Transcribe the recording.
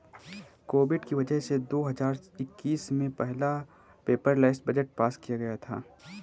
Covid की वजह से दो हजार इक्कीस में पहला पेपरलैस बजट पास किया गया था